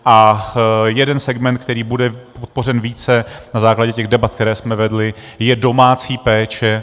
A jeden segment, který bude podpořen více na základě debat, které jsme vedli, je domácí péče.